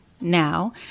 now